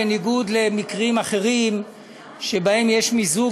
בניגוד למקרים אחרים שבהם יש מיזוג